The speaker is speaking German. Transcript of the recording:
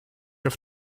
auf